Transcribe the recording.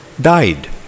died